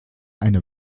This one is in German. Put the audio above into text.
eine